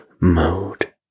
mode